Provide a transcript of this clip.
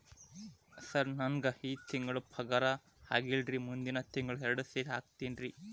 sir ನಂಗ ಈ ತಿಂಗಳು ಪಗಾರ ಆಗಿಲ್ಲಾರಿ ಮುಂದಿನ ತಿಂಗಳು ಎರಡು ಸೇರಿ ಹಾಕತೇನ್ರಿ